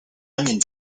onion